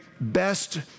best